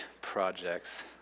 projects